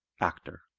actor